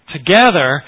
Together